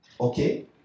Okay